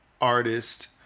artist